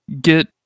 get